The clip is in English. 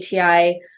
ATI